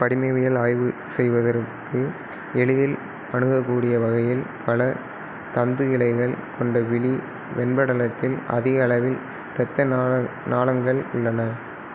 படிமவியல் ஆய்வு செய்வதற்கு எளிதில் அணுகக்கூடிய வகையில் பல தந்துகிளைகள் கொண்ட விழி வெண்படலத்தை அதிக அளவில் இரத்த நாள நாளங்கள் உள்ளன